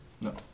no